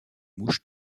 mouches